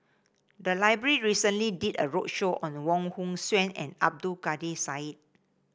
the library recently did a roadshow on Wong Hong Suen and Abdul Kadir Syed